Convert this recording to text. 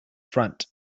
front